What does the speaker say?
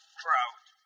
crowd